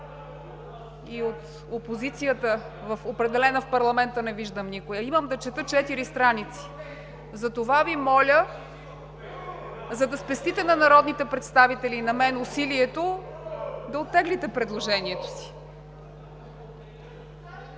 и от опозицията в парламента, не виждам никой, а имам да чета четири страници. Затова Ви моля, за да спестите на народните представители и на мен усилието, да оттеглите предложението си.